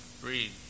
Breathe